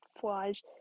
flies